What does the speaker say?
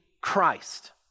Christ